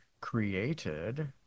created